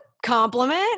Compliment